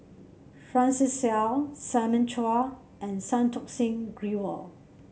Francis Seow Simon Chua and Santokh Singh Grewal